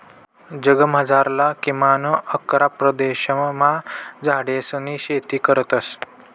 जगमझारला किमान अकरा प्रदेशमा झाडेसनी शेती करतस